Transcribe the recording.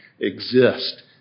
exist